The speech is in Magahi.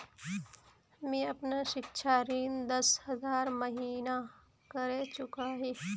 मी अपना सिक्षा ऋण दस हज़ार महिना करे चुकाही